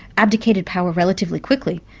abdicated power relatively quickly,